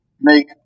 make